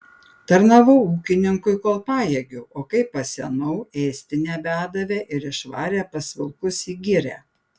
tarnavau ūkininkui kol pajėgiau o kai pasenau ėsti nebedavė ir išvarė pas vilkus į girią